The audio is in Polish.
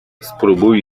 spróbuj